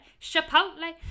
Chipotle